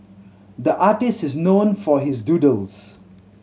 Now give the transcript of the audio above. the artist is known for his doodles